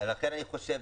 ולכן אני חושב,